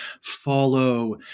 follow